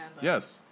Yes